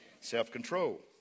Self-control